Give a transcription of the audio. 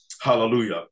hallelujah